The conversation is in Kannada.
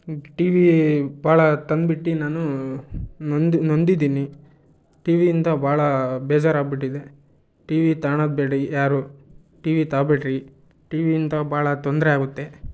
ಟಿ ವಿ ಭಾಳ ತಂದ್ಬಿಟ್ಟು ನಾನು ನೊಂದು ನೊಂದಿದ್ದೀನಿ ಟಿ ವಿಯಿಂದ ಭಾಳ ಬೇಜಾರಾಗಿಬಿಟ್ಟಿದೆ ಟಿ ವಿ ತಗಳದ್ ಬೇಡ ಯಾರೂ ಟಿ ವಿ ತಗಬೆಡ್ರೀ ಟಿ ವಿಯಿಂದ ಭಾಳ ತೊಂದರೆ ಆಗುತ್ತೆ